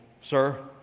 sir